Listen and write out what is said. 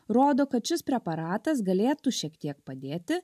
rodo kad šis preparatas galėtų šiek tiek padėti